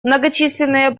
многочисленные